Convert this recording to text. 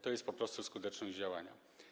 To jest po prostu skuteczność w działaniu.